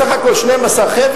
בסך הכול 12 חבר'ה,